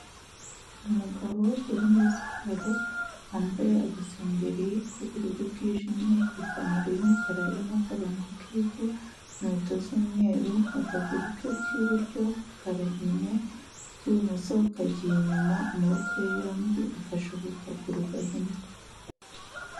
Umugabo uri muri siporo wambaye agasengeri k'ubururu bwijimye, ipantaro y'umukara irimo akarongo k'ivu, inkweto z'umweru, akaguru ke k'iburyo karahinnye, ak'ibumoso kagiye inyuma, amaboko ye yombi afashe ku kaguru gahinnye.